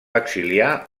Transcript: exiliar